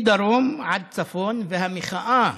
מדרום עד צפון, והמחאה